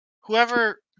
whoever